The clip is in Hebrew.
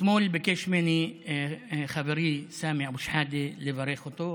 אתמול ביקש ממני חברי סמי אבו שחאדה לברך אותו,